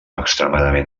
extremadament